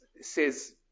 says